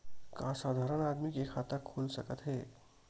का साधारण आदमी के खाता खुल सकत हे?